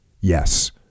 Yes